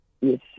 Yes